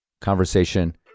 Conversation